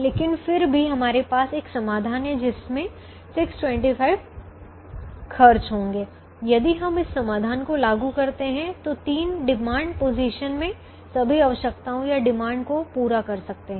लेकिन फिर भी हमारे पास एक समाधान है जिसमे 625 खर्च होंगे और यदि हम इस समाधान को लागू करते हैं तो तीन डिमांड पोजीशन में सभी आवश्यकताओं या डिमांड को पूरा कर सकते हैं